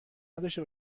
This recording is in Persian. نداشته